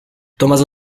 tommaso